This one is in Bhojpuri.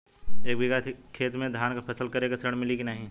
एक बिघा खेत मे धान के फसल करे के ऋण मिली की नाही?